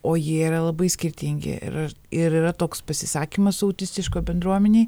o jie yra labai skirtingi ir ir yra toks pasisakymas autistiškoj bendruomenėj